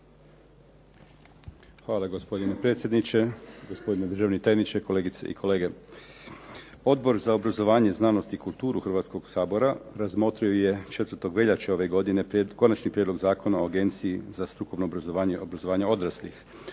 Hvala gospodine predsjedniče, gospodine državni tajniče, kolegice i kolege. Odbor za obrazovanje, znanost i kulturu Hrvatskog sabora razmotrio je 4. veljače ove godine konačni prijedlog Zakona o Agenciji za strukovno obrazovanje i obrazovanje odraslih.